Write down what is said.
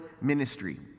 ministry